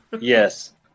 yes